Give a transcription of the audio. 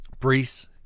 Brees